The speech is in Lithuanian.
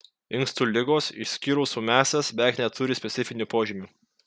inkstų ligos išskyrus ūmiąsias beveik neturi specifinių požymių